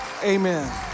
Amen